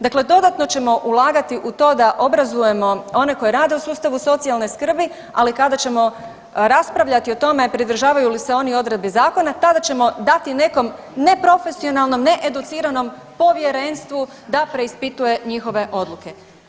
Dakle, dodatno ćemo ulagati u to da obrazujemo one koji rade u sustavu socijalne skrbi, ali kada ćemo raspravljati o tome pridržavaju li se oni odredbi zakona tada ćemo dati nekom neprofesionalnom, needuciranom povjerenstvu da preispituje njihove odluke.